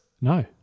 No